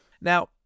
Now